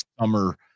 summer